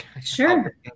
sure